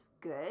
good